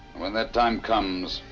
when that time comes.